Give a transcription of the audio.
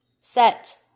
set